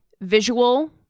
visual